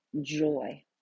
joy